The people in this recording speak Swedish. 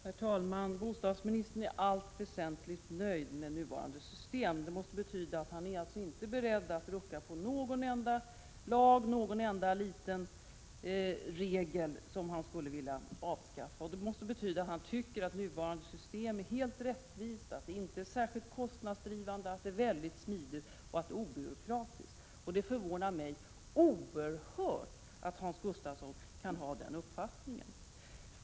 Herr talman! Bostadsministern är i allt väsentligt nöjd med nuvarande system, och det måste betyda att han inte är beredd att rucka på någon enda lag eller att avskaffa någon enda liten regel. Det måste också betyda att han tycker att nuvarande system är helt rättvist, mycket smidigt och obyråkratiskt samt att det inte är särskilt kostnadsdrivande. Det förvånar mig oerhört mycket att Hans Gustafsson kan ha den uppfattningen.